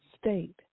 state